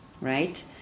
right